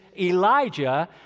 Elijah